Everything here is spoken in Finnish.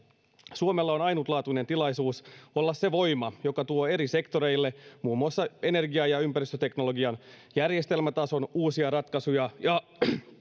suomella on ainutlaatuinen tilaisuus olla se voima joka tuo eri sektoreille muun muassa energia ja ympäristöteknologian järjestelmätason uusia ratkaisuja ja